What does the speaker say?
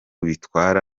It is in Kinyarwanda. bitwara